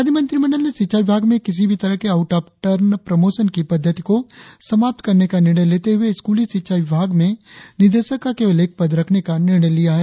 राज्य मंत्रिमंडल ने शिक्षा विभाग में किसी भी तरह के आउट ऑफ टर्न प्रमोशन की पद्धति को समाप्त करने का निर्णय लेते हुए स्कूली शिक्षा विभाग में निदेशक का केवल एक पद रखने का निर्णय लिया है